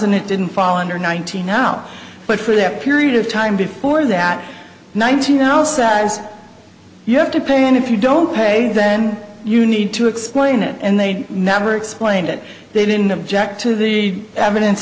and it didn't fall under nineteen out but for that period of time before that nineteen how sad is you have to pay and if you don't pay then you need to explain it and they'd never explained it they didn't object to the evidence